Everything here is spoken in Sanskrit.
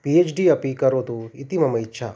पि एच् डि अपि करोतु इति मम इच्छा